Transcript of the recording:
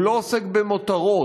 הוא לא עוסק במותרות,